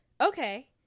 okay